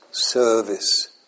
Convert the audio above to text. Service